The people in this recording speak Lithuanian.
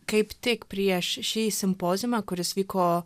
kaip tik prieš šį simpoziumą kuris vyko